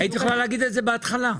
היית יכולה להגיד את זה בהתחלה.